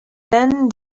then